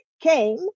came